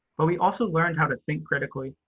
but we also learned how to think critically,